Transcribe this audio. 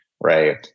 Right